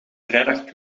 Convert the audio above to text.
vrijdag